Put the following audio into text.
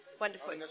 Wonderful